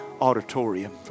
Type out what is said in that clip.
auditorium